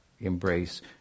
embrace